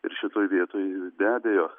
ir šitoj vietoj be abejo